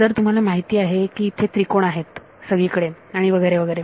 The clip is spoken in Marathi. तर तुम्हाला माहिती आहे की इथे त्रिकोण आहेत सगळीकडे आणि वगैरे वगैरे